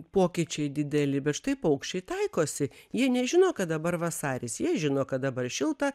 pokyčiai dideli bet štai paukščiai taikosi jie nežino kad dabar vasaris jie žino kad dabar šilta